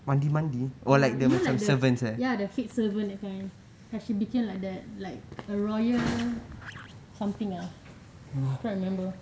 ya you like the ya the head servant that kind and she became like that like a royal something ah can't remember